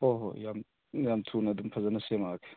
ꯍꯣꯏ ꯍꯣꯏ ꯌꯥꯝ ꯊꯨꯅ ꯑꯗꯨꯝ ꯐꯖꯅ ꯁꯦꯝꯃꯛꯑꯒꯦ